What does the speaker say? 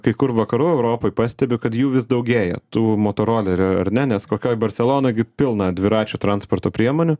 kai kur vakarų europoj pastebiu kad jų vis daugėja tų motorolerių ar ne nes kokioj barselonoj gi pilna dviračių transporto priemonių